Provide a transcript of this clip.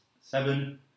seven